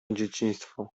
dzieciństwo